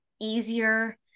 easier